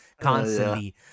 constantly